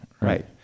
Right